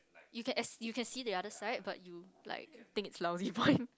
you can as you can see the other side but you like think it's a lousy point